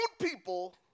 people